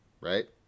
Right